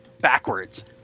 backwards